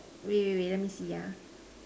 wait wait wait let me see ah